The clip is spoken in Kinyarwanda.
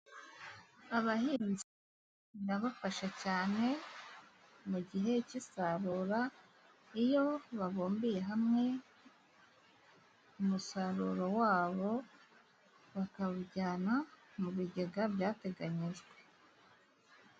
Abahinzi birabafasha cyane, mu gihe cy'isarura iyo babumbiye hamwe umusaruro wabo, bakawujyana mu bigega byateganyijwe.